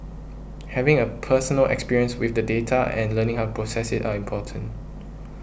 having a personal experience with the data and learning how process it are important